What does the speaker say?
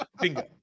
Bingo